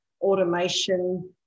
automation